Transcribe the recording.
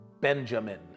Benjamin